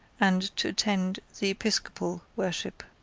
and to attend the episcopal worship.